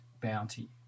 bounty